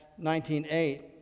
19.8